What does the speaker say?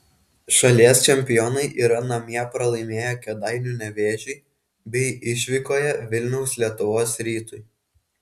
šalies čempionai yra namie pralaimėję kėdainių nevėžiui bei išvykoje vilniaus lietuvos rytui